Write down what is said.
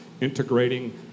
integrating